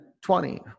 twenty